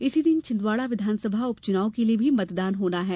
इसी दिन छिंदवाड़ा विधानसभा उपचुनाव के लिए भी मतदान होना है